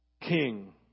King